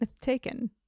taken